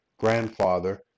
Grandfather